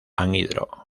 anhidro